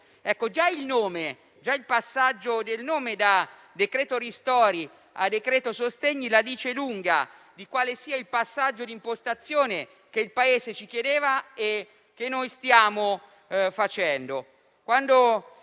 Già il passaggio del nome, da decreto ristori a decreto sostegni, la dice lunga su quale sia il passaggio di impostazione, che il Paese ci chiedeva e che noi stiamo attuando.